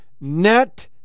net